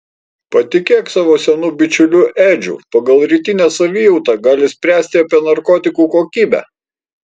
patikėk savo senu bičiuliu edžiu pagal rytinę savijautą gali spręsti apie narkotikų kokybę